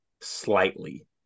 slightly